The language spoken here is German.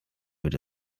wird